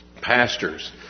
pastors